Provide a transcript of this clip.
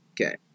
Okay